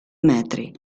metri